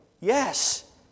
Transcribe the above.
Yes